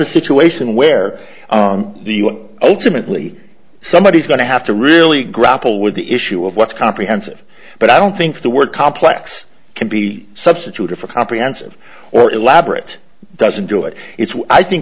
a situation where ultimately somebody is going to have to really grapple with the issue of what's comprehensive but i don't think the word complex can be substituted for comprehensive or elaborate doesn't do it i think